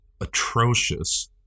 atrocious